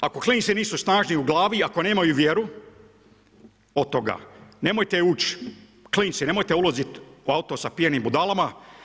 Ako klinci nisu snažni u glavi, ako nemaju vjeru od toga nemojte ući, klinci nemojte ulazit u auto sa pijanim budalama.